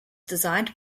designed